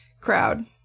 crowd